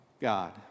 God